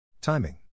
Timing